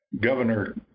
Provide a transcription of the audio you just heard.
Governor